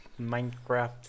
Minecraft